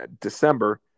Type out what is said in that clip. December